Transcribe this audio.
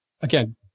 again